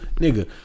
nigga